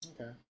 Okay